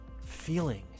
feeling